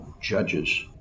judges